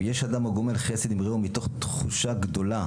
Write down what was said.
יש אדם הגומל חסד עם רעהו מתוך תחושה גדולה,